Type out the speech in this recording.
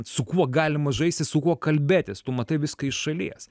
su kuo galima žaisti su kuo kalbėtis tu matai viską iš šalies